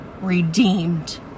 redeemed